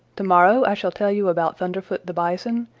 to-morrow i shall tell you about thunderfoot the bison,